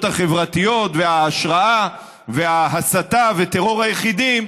החברתיות וההשראה וההסתה וטרור היחידים,